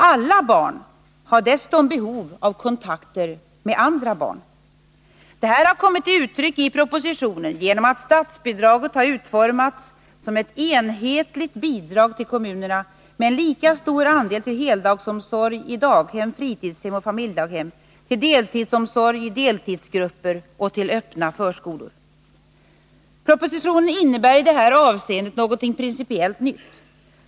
Alla barn har dessutom behov av kontakter med andra barn. Detta har kommit till uttryck i propositionen genom att statsbidraget har utformats som ett enhetligt bidrag till kommunerna, med en lika stor andel till heldagsomsorg i daghem, fritidshem och familjedaghem, till deltidsomsorg i deltidsgrupper och till öppna förskolor. Propositionen innebär i detta avseende något principiellt nytt.